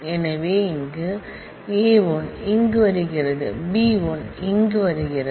எனவே இங்கே α1 இங்கு வருகிறது β 1 இங்கே வருகிறது